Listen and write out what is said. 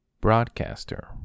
Broadcaster